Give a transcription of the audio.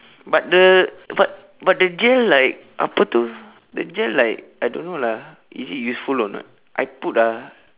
but the but but the gel like apa itu the gel like I don't know lah is it useful or not I put ah